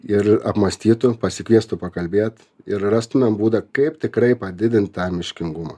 ir apmąstytų pasikviestų pakalbėt ir rastumėm būdą kaip tikrai padidint tą miškingumą